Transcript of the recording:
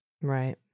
Right